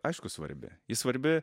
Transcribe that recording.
aišku svarbi ji svarbi